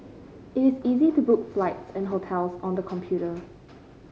it is easy to book flights and hotels on the computer